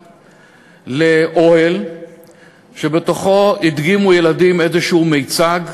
לאוהל שבתוכו הדגימו ילדים איזשהו מיצג.